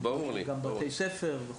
בתי ספר וכו'.